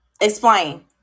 Explain